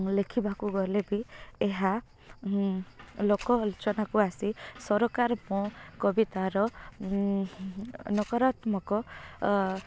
ଲେଖିବାକୁ ଗଲେ ବି ଏହା ଲୋକ ଅଲୋଚନାକୁ ଆସି ସରକାର ମୋ କବିତାର ନକରାତ୍ମକ